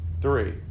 three